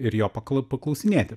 ir jo paklau paklausinėti